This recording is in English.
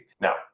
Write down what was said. Now